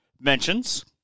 mentions